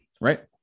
right